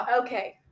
Okay